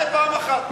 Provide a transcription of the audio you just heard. תענה פעם אחת.